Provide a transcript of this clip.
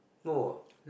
no ah